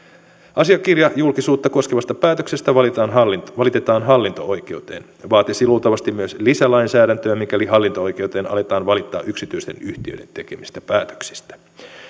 asiakirjajulkisuutta koskevasta päätöksestä valitetaan hallinto valitetaan hallinto oikeuteen vaatisi luultavasti myös lisälainsäädäntöä mikäli hallinto oikeuteen aletaan valittaa yksityisten yhtiöiden tekemistä päätöksistä